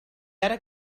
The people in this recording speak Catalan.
ara